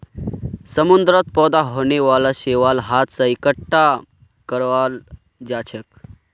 समुंदरत पैदा होने वाला शैवाल हाथ स इकट्ठा कराल जाछेक